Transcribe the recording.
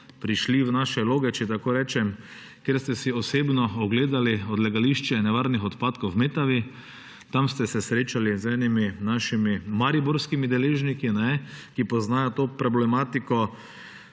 prišli v naše loge, če tako rečem, kjer ste si osebno ogledali odlagališče nevarnih odpadkov v Metavi. Tam ste se srečali z našimi mariborskimi deležniki, ki poznajo to problematiko.